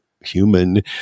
human